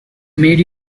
made